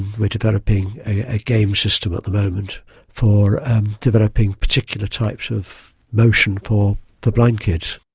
we are developing a game system at the moment for developing particular types of motion for for blind kids.